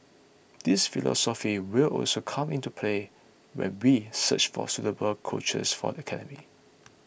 this philosophy will also come into play when we search for suitable coaches for the academy